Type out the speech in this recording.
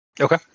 Okay